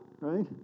right